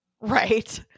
right